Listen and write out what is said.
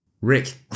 Rick